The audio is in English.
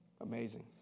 Amazing